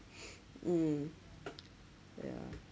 mm yeah